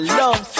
love